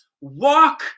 walk